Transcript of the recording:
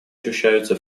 ощущаются